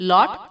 Lot